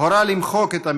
חבריי חברי הכנסת.